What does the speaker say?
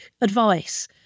advice